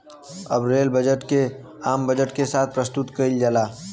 अब rail budget के आम बजट के साथ प्रसतुत कईल जाला